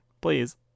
Please